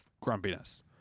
grumpiness